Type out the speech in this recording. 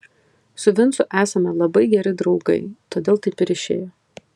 su vincu esame labai geri draugai todėl taip ir išėjo